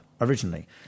originally